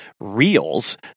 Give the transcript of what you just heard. reels